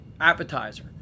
appetizer